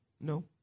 No